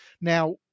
Now